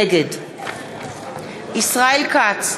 נגד ישראל כץ,